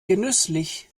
genüsslich